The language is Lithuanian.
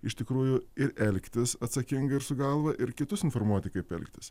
iš tikrųjų ir elgtis atsakingai ir su galva ir kitus informuoti kaip elgtis